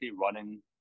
running